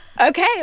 Okay